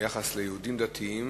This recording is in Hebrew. היחס ליהודים דתיים